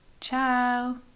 ciao